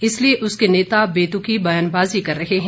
इसलिए उसके नेता बेतुकी बयानबाजी कर रहे है